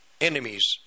enemies